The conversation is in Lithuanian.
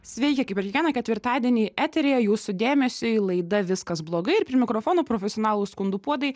sveiki kaip ir kiekvieną ketvirtadienį eteryje jūsų dėmesiui laida viskas blogai ir prie mikrofono profesionalų skundų puodai